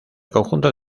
conjunto